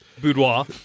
Boudoir